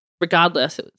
regardless